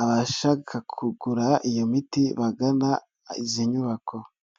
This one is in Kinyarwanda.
abashaka kugura iyo miti bagana izi nyubako.